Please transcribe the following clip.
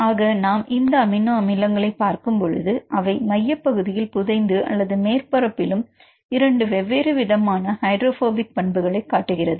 ஆக நாம் இந்த அமினோ அமிலங்களை பார்க்கும்பொழுது அவை மையப் பகுதியில் புதைந்து அல்லது மேற்பரப்பிலும் 2 வெவ்வேறு விதமான ஹைடிராப்ஹோபிக் பண்புகளை காட்டுகிறது